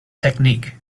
technique